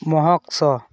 ᱢᱚᱦᱚᱠ ᱥᱚ